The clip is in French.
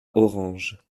orange